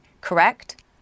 correct